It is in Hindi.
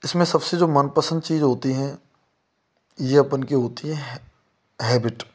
इसमें सबसे जो मनपसंद चीज़ होती है यहअपन की होती है हैबिट